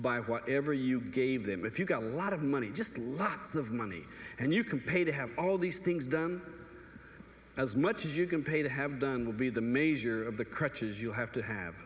by whatever you gave them if you've got a lot of money just lots of money and you can pay to have all these things done as much as you can pay to have done will be the measure of the crutches you have to have